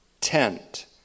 tent